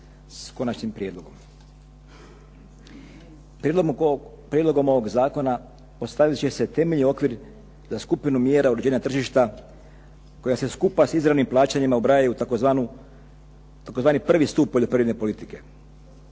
s Konačnim prijedlogom zakona. Prijedlogom ovog zakona ostvariti će se temeljni okvir za skupinu mjera uređenja tržišta koja se skupa s izravnim plaćanjima ubrajaju u tzv. prvi stup poljoprivredne politike.